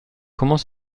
comment